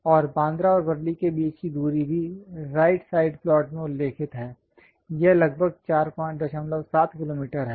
और बांद्रा और वर्ली के बीच की दूरी भी राइट साइड प्लॉट में उल्लिखित है यह लगभग 47 किलोमीटर है